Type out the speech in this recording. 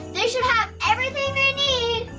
they should have everything they need.